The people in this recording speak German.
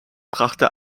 brachte